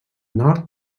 nord